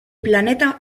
planeta